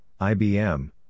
IBM